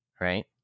right